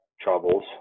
troubles